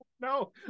No